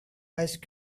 ice